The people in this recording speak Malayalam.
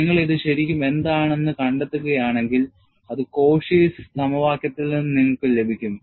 നിങ്ങൾ ഇത് ശരിക്കും എന്താണ് എന്ന് കണ്ടെത്തുകയാണെങ്കിൽ അത് Cauchy's സമവാക്യത്തിൽ നിന്ന് നിങ്ങൾക്ക് ലഭിക്കും